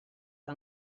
que